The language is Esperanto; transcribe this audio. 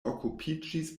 okupiĝis